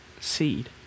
seed